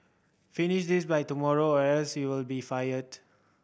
finish this by tomorrow or else you'll be fired